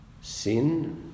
sin